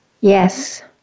Yes